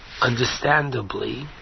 understandably